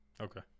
okay